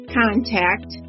contact